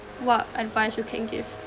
what advice you can give